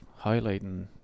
highlighting